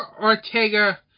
Ortega